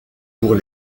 pour